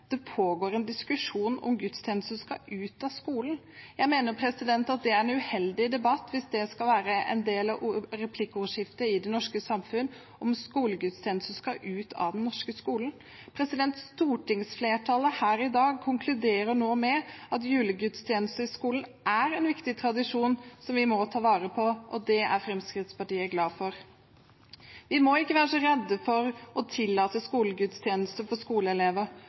pågår en diskusjon om gudstjenestene skal ut av skolen. Jeg mener at det er en uheldig debatt hvis det skal være en del av ordskiftet i det norske samfunn om skolegudstjenesten skal ut av den norske skolen. Stortingsflertallet her i dag konkluderer nå med at julegudstjenester i skolen er en viktig tradisjon som vi må ta vare på, og det er Fremskrittspartiet glad for. Vi må ikke være så redde for å tillate skolegudstjenester for skoleelever.